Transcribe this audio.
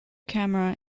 camera